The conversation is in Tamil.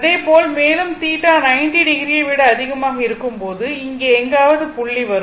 அதேபோல் மேலும் θ 90o ஐ விட அதிகமாக இருக்கும்போது இங்கே எங்காவது புள்ளி வரும்